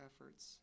efforts